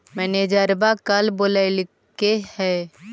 मैनेजरवा कल बोलैलके है?